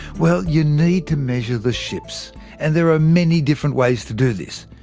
well, you need to measure the ships and there are many different ways to do this.